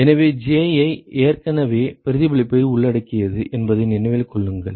எனவே Ji ஏற்கனவே பிரதிபலிப்பை உள்ளடக்கியது என்பதை நினைவில் கொள்ளுங்கள்